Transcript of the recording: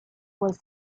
was